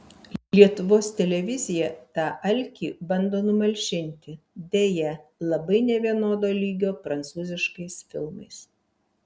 lietuvos televizija tą alkį bando numalšinti deja labai nevienodo lygio prancūziškais filmais